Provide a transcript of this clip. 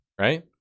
right